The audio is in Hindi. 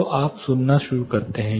तो आप सुनना शुरू करेंगे